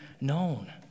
known